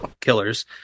killers